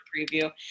preview